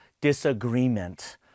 disagreement